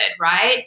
right